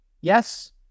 Yes